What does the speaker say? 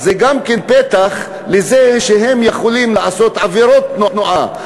אז זה גם כן פתח לזה שהם יכולים לעשות עבירות תנועה.